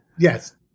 Yes